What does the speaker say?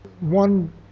One